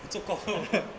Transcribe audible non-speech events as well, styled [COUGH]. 做工 loh [BREATH]